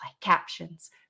captions